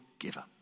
Giver